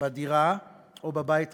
בדירה או בבית המשותף,